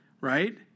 right